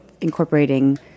incorporating